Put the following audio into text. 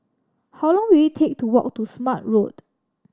how long will it take to walk to Smart Road